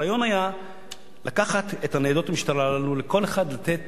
הרעיון היה לקחת את ניידות המשטרה הללו ולכל אחד לתת